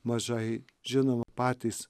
mažai žinom patys